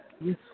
Yes